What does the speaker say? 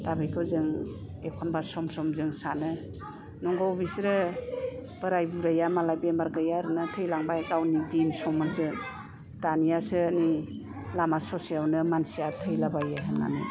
दा बिखौ जों एखमबा सम सम जों सानो नंगौ बिसोरो बोराय बुरिया मालाय बेराम गैया आरोना थैलांबाय गावनि दिन सम दानियासो नै लामा ससेयावनो मानसिया थैला बायो होननानै